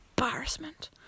embarrassment